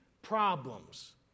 problems